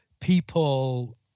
people